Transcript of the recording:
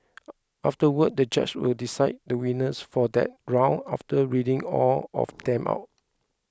afterwards the judge will decide the winner for that round after reading all of them out